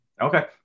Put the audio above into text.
Okay